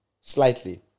Slightly